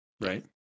Right